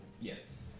Yes